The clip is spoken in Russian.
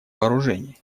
вооружений